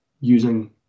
using